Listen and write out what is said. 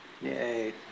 yay